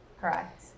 Correct